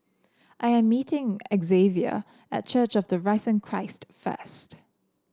I am meeting Xzavier at Church of the Risen Christ first